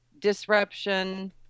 disruption